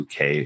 UK